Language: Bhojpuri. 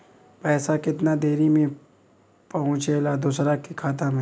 पैसा कितना देरी मे पहुंचयला दोसरा के खाता मे?